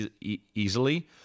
easily